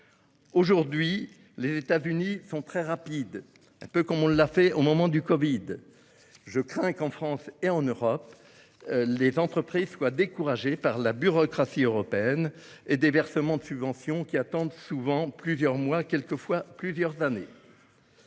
restreints. Les États-Unis sont très rapides, un peu comme nous l'avons été au moment de la crise du covid-19. Je crains qu'en France et en Europe les entreprises ne soient découragées par la bureaucratie européenne et par des versements de subventions qui prennent plusieurs mois, quelquefois plusieurs années.